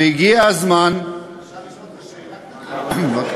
והגיע הזמן, אפשר לשאול אותך שאלה קטנה?